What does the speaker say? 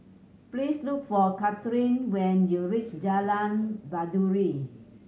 please look for Kathlene when you reach Jalan Baiduri